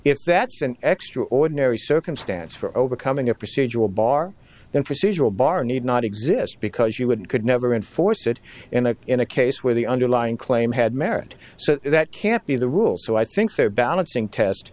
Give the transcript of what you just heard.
if that's an extraordinary circumstance for overcoming a procedural bar then procedural bar need not exist because you wouldn't could never enforce it in a in a case where the underlying claim had merit so that can't be the rule so i think they're balancing test